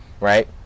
right